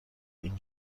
این